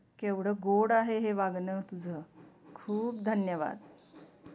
केवढं गोड आहे हे वागणं तुझं खूप धन्यवाद